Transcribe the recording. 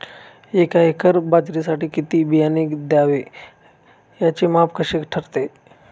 एका एकर बाजरीसाठी किती बियाणे घ्यावे? त्याचे माप कसे ठरते?